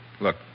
Look